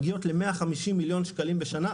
מגיעות ל-150 מיליון שקלים בשנה,